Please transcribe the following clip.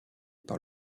par